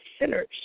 sinners